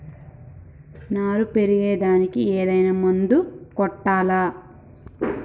నారు పెరిగే దానికి ఏదైనా మందు కొట్టాలా?